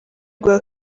bwa